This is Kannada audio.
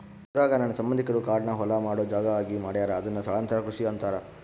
ಊರಾಗ ನನ್ನ ಸಂಬಂಧಿಕರು ಕಾಡ್ನ ಹೊಲ ಮಾಡೊ ಜಾಗ ಆಗಿ ಮಾಡ್ಯಾರ ಅದುನ್ನ ಸ್ಥಳಾಂತರ ಕೃಷಿ ಅಂತಾರ